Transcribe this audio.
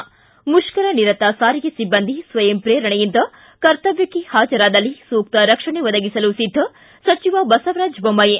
ು ಮುಪ್ತರನಿರತ ಸಾರಿಗೆ ಸಿಬ್ಲಂದಿ ಸ್ವಯಂಪ್ರೇರಣೆಯಿಂದ ಕರ್ತವ್ವಕ್ಕೆ ಹಾಜರಾದಲ್ಲಿ ಸೂಕ್ತ ರಕ್ಷಣೆ ಒದಗಿಸಲು ಸಿದ್ದ ಸಚಿವ ಬಸವರಾಜ ಬೊಮ್ಲಾಯಿ